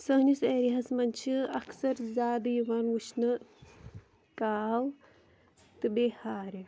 سٲنِس ایریاہَس منٛز چھِ اَکثر زیادٕ یِوان وٕچھنہٕ کاو تہٕ بیٚیہِ ہارِ